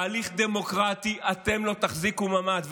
בהליך דמוקרטי אתם לא תחזיקו מעמד.